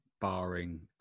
barring